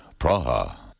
Praha